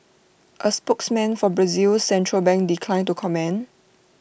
A spokesman for Brazil's central bank declined to comment